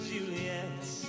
Juliet